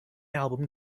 album